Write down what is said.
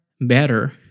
better